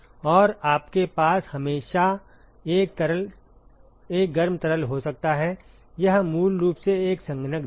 और आपके पास हमेशा एक गर्म तरल हो सकता है यह मूल रूप से एक संघनक द्रव है